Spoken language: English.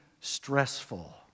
stressful